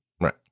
Right